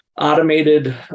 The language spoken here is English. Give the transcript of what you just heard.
automated